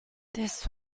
this